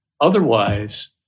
Otherwise